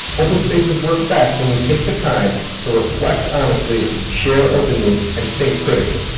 open spaces work best when we take the time to reflect honestly, share openly, and think critically.